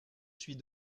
suis